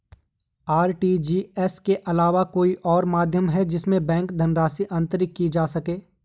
RTGS के अलावा कोई और माध्यम जिससे बैंक धनराशि अंतरित की जा सके?